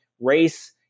race